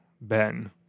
Ben